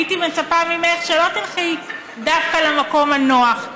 הייתי מצפה ממך שלא תלכי דווקא למקום הנוח.